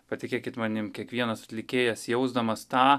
patikėkit manim kiekvienas atlikėjas jausdamas tą